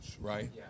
right